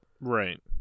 Right